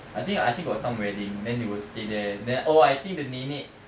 I think I think got some wedding then they will stay there then oh I think the nenek